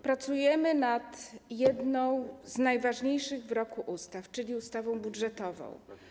Pracujemy nad jedną z najważniejszych w roku ustaw, czyli ustawą budżetową.